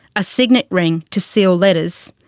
a signet ring to seal letters,